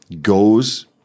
goes